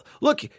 look